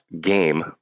game